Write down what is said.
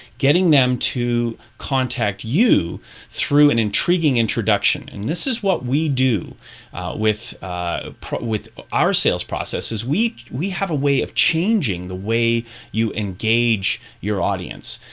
getting them to contact you through an intriguing introduction. and this is what we do with ah with our sales process is we we have a way of changing the way you engage your audience.